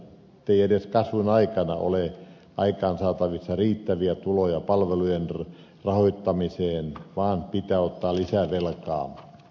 ei edes kasvun aikana ole aikaansaatavissa riittäviä tuloja palvelujen rahoittamiseen vaan pitää ottaa lisää velkaa